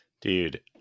Dude